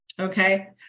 Okay